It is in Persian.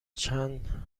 چندلر